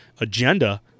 agenda